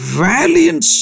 valiant